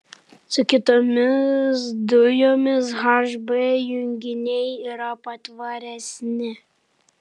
su kitomis dujomis hb junginiai yra patvaresni